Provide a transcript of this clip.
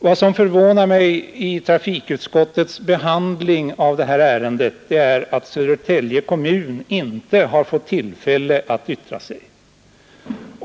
Vad som förvånar mig i trafikutskottets behandling av detta ärende är att Södertälje kommun inte har fått tillfälle att yttra sig.